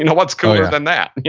you know what's cooler than that? and